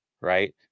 right